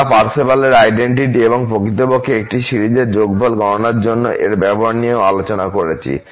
আমরা পার্সেভালের আইডেন্টিটি এবং প্রকৃতপক্ষে একটি সিরিজের যোগফল গণনার জন্য এর ব্যবহার নিয়েও আলোচনা করেছি